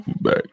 back